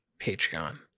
Patreon